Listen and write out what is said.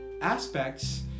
aspects